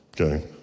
okay